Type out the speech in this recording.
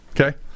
Okay